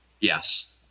Yes